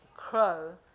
crow